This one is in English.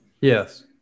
Yes